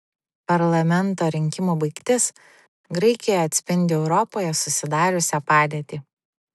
parlamento rinkimų baigtis graikijoje atspindi europoje susidariusią padėtį